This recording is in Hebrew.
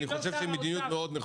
אני חושב שהמדיניות נכונה מאוד.